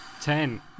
ten